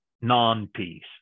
non-peace